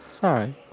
Sorry